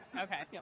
Okay